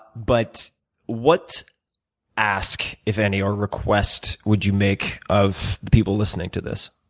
but what ask, if any, or request would you make of the people listening to this?